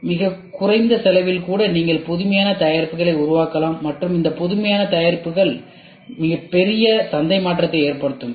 மிகக் குறைந்த செலவில் கூட நீங்கள் புதுமையான தயாரிப்புகளை உருவாக்கலாம் மற்றும் இந்த புதுமையான தயாரிப்புகள் மிகப்பெரிய சந்தை மாற்றத்தை ஏற்படுத்தும்